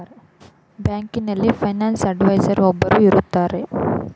ಬ್ಯಾಂಕಿನಲ್ಲಿ finance adviser ಒಬ್ಬರು ಇರುತ್ತಾರೆ